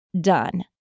done